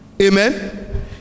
Amen